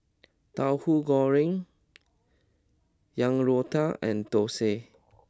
Tauhu Goreng Yang Rou Tang and Thosai